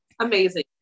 amazing